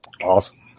Awesome